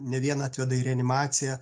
ne vieną atveda į reanimaciją